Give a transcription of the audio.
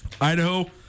Idaho